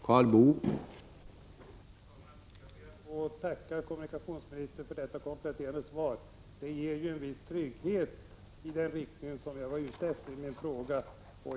Herr talman! Jag ber att få tacka kommunikationsministern för detta kompletterande svar. Det ger ju en viss trygghet i den riktning som jag var ute efter i min fråga.